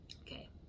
Okay